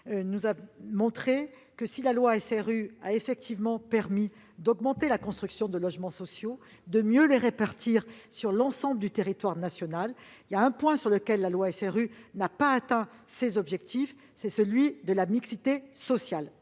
nous a montré que, si la loi SRU a effectivement permis d'augmenter la construction de logements sociaux et de mieux les répartir sur l'ensemble du territoire national, il y a un point sur lequel elle n'a pas atteint ses objectifs, c'est celui de la mixité sociale.